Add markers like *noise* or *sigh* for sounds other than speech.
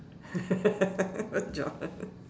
*laughs* what job *laughs*